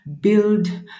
build